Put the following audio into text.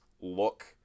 look